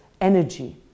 energy